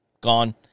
gone